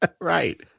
Right